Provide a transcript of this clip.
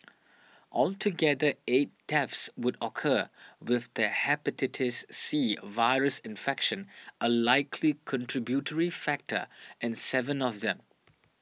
altogether eight deaths would occur with the Hepatitis C virus infection a likely contributory factor in seven of them